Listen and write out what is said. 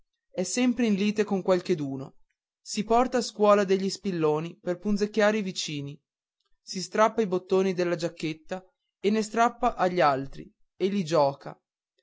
è sempre in lite con qualcheduno si porta a scuola degli spilloni per punzecchiare i vicini si strappa i bottoni dalla giacchetta e ne strappa agli altri e li gioca